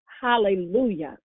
Hallelujah